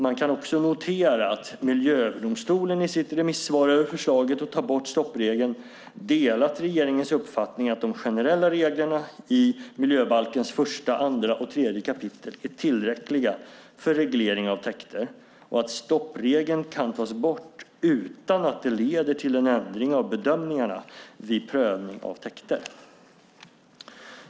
Man kan också notera att Miljööverdomstolen i sitt remissvar över förslaget att ta bort stoppregeln delat regeringens uppfattning att de generella reglerna i 1, 2 och 3 kap. miljöbalken är tillräckliga för reglering av täkter och att stoppregeln kan tas bort utan att det leder till en ändring av bedömningarna vid prövning av täkter.